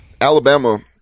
Alabama